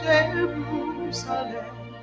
Jerusalem